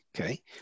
okay